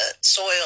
soil